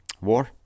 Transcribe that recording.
War